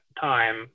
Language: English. time